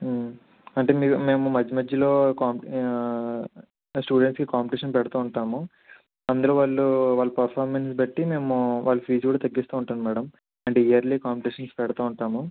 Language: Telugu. అంటే మీరు మేము మధ్య మధ్యలో ఆ స్టూడెంట్స్కి కాంపిటీషన్ పెడతు ఉంటాము అందులో వాళ్ళు వాళ్ళ పర్ఫార్మెన్స్ బట్టి మేము వాళ్ళ ఫీజు కూడా తగ్గిస్తు ఉంటాం మేడం అంటే ఇయర్లీ కాంపిటీషన్స్ పెడతు ఉంటాము